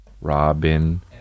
Robin